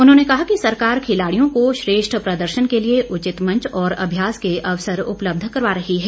उन्होंने कहा कि सरकार खिलाड़ियों को श्रेष्ठ प्रदर्शन के लिए उचित मंच और अभ्यास के अवसर उपलब्ध करवा रही है